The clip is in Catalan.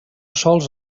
sols